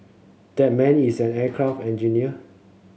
that man is an aircraft engineer